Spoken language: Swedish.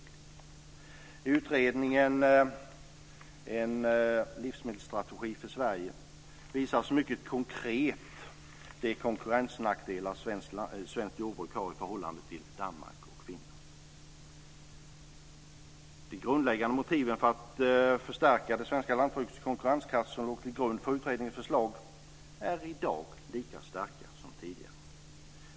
I den utredning som har rubriken En livsmedelsstrategi för Sverige visas mycket konkret de konkurrensnackdelar som svenskt jordbruk har i förhållande till vad som gäller i Danmark och Finland. De grundläggande motiv för att förstärka det svenska lantbrukets konkurrenskraft som låg till grund för utredningens förslag är i dag lika starka som tidigare.